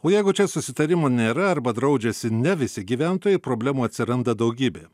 o jeigu čia susitarimų nėra arba draudžiasi ne visi gyventojai problemų atsiranda daugybė